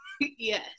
Yes